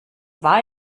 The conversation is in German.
war